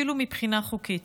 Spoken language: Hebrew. אפילו מבחינה חוקית.